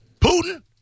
Putin